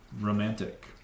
romantic